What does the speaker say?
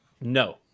No